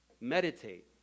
Meditate